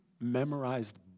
memorized